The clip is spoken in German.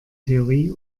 theorie